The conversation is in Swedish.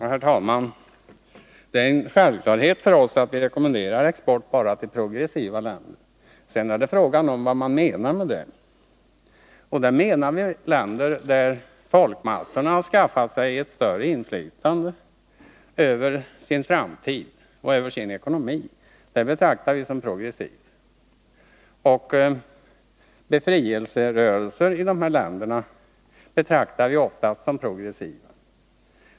Herr talman! Det är en självklarhet för oss att vi rekommenderar export bara till progressiva länder. Sedan är det fråga om vad man menar med det. Länder där folkmassorna har skaffat sig större inflytande över sin framtid och sin ekonomi betraktar vi som progressiva — befrielserörelser i de länderna betraktar vi oftast som progressiva.